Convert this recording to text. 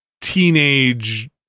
teenage